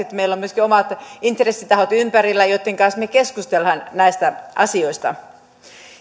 että meillä on myöskin omat intressitahot ympärillä joiden kanssa me keskustelemme näistä asioista